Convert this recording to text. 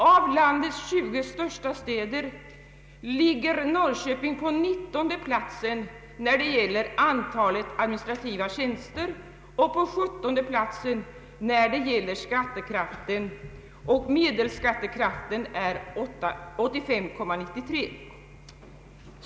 Av landets 20 största städer ligger Norrköping på nittonde platsen när det gäller antalet administrativa tjänster och på sjuttonde platsen när det gäller skattekraften, med en medelskattekraft på 85,93.